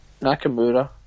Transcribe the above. Nakamura